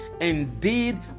indeed